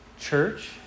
church